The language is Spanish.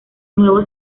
nuevo